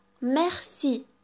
Merci